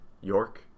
York